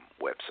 website